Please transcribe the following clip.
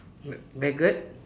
ma~ maggot